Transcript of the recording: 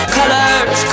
colors